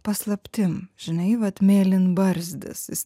paslaptim žinai vat mėlynbarzdis jis